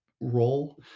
role